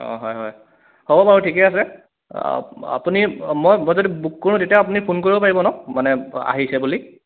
অঁ হয় হয় হ'ব বাৰু ঠিকে আছে আপুনি মই মই যদি বুক কৰোঁ তেতিয়া আপুনি ফোন কৰিব পাৰিব ন মানে আহিছে বুলি